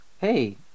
Hey